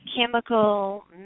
chemical